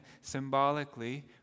symbolically